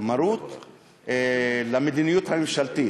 למדיניות הממשלתית,